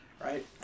Right